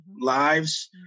lives